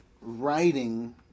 writing